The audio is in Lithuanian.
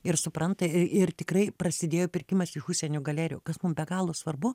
ir supranta ir ir tikrai prasidėjo pirkimas iš užsienio galerijų kas mum be galo svarbu